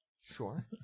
Sure